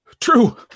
True